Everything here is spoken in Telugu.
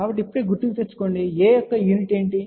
కాబట్టి ఇప్పుడే గుర్తుకు తెచ్చుకోండి A యొక్క యూనిట్ ఏమిటి